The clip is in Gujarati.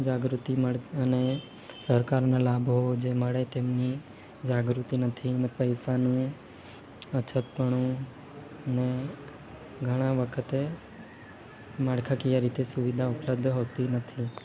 જાગૃતિ મળે અને સરકારના લાભો જે મળે તેમની જાગૃતિ નથી ને પૈસાનું અછતપણું ને ઘણા વખતે માળખાકીય રીતે સુવિધા ઉપલબ્ધ હોતી નથી